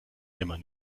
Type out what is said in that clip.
immer